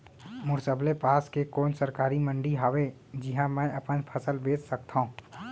मोर सबले पास के कोन सरकारी मंडी हावे जिहां मैं अपन फसल बेच सकथव?